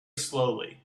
slowly